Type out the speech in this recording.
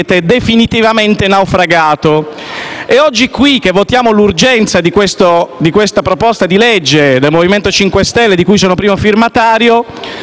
Ora qui votiamo l'urgenza di questa proposta di legge del Movimento 5 Stelle, di cui sono primo firmatario, e molti dei senatori che ho